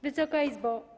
Wysoka Izbo!